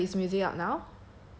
are you gonna check his music out now